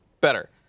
Better